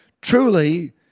truly